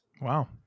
Wow